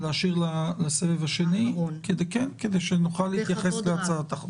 להשאיר לסבב השני כדי שנוכל להתייחס להצעת החוק.